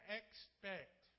expect